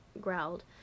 growled